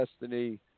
destiny